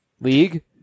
league